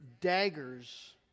daggers